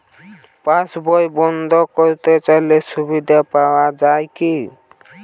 পাশ বই বন্দ করতে চাই সুবিধা পাওয়া যায় কি?